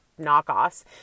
knockoffs